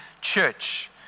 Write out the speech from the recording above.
church